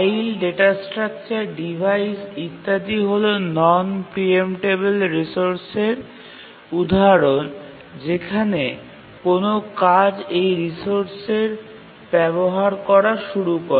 file data structure device ইত্যাদি হল non preemptable রিসোর্সের উদাহরণ যেখানে কোনও কাজ এই রিসোর্সের ব্যবহার করা শুরু করে